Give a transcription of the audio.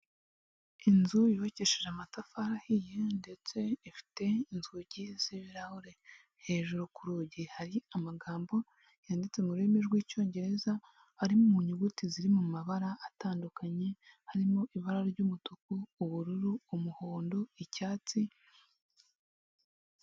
Inzu yubakishijeje amatafari ahiye ndetse ifite inzugi z'ibirahure, hejuru ku rugi hari amagambo yanditse mu rurimi rw'icyongereza, ari mu nyuguti ziri mu mabara atandukanye, harimo; ibara ry'umutuku, ubururu, umuhondo, icyatsi.